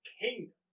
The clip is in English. Kingdom